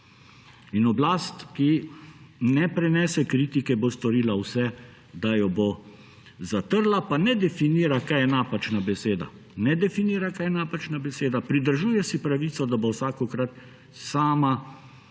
In oblast, ki ne prinese kritike, bo storila vse, da jo bo zatrla, pa ne definira, kaj je napačna beseda. Ne definira, kaj je napačna beseda; pridružuje si pravico, da bo vsakokrat sama